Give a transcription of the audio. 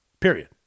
Period